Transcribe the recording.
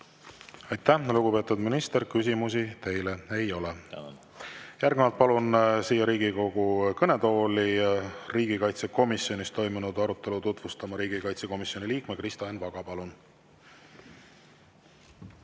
Aitäh, lugupeetud minister! Küsimusi teile ei ole. Järgnevalt palun siia Riigikogu kõnetooli riigikaitsekomisjonis toimunud arutelu tutvustama riigikaitsekomisjoni liikme Kristo Enn Vaga. Palun!